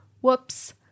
Whoops